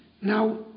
Now